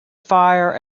fire